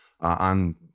on